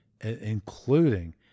including